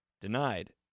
Denied